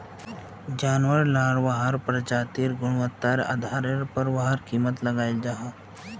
जानवार लार प्रजातिर गुन्वात्तार आधारेर पोर वहार कीमत लगाल जाहा